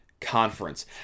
conference